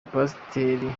pasiteri